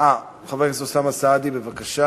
אה, חבר הכנסת אוסאמה סעדי, בבקשה.